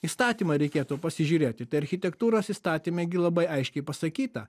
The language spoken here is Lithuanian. įstatymą reikėtų pasižiūrėti tai architektūros įstatyme gi labai aiškiai pasakyta